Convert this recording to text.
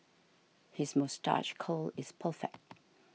his moustache curl is perfect